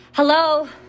Hello